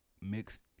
mixed